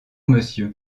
monsieur